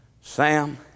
Sam